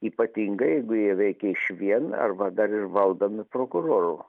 ypatingai jeigu jie veikė išvien arba dar ir valdomi prokurorų